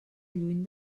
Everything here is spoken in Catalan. lluny